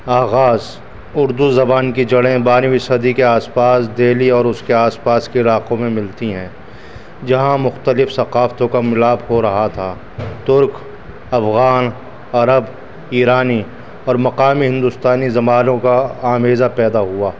آغاز اردو زبان کی جڑیں بارہویں صدی کے آس پاس دہلی اور اس کے آس پاس کے علاقوں میں ملتی ہیں جہاں مختلف ثقافتوں کا ملاپ ہو رہا تھا ترک افغان عرب ایرانی اور مقامی ہندوستانی زبانوں کا آمیزہ پیدا ہوا